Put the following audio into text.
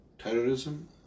Terrorism